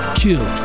kill